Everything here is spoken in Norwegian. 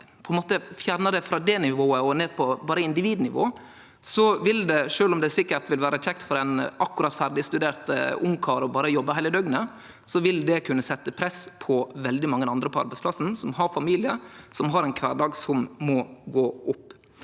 ein fjernar det frå det nivået og tek det ned på berre individnivå, vil det – sjølv om det sikkert vil vere kjekt for ein akkurat ferdigstudert ungkar å berre jobbe heile døgnet – kunne setje press på veldig mange andre på arbeidsplassen som har familie og ein kvardag som må gå opp.